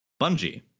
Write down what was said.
Bungie